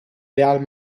real